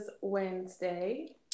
Wednesday